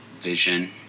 vision